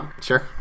sure